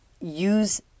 use